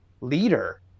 leader